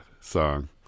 song